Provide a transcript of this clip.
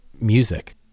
music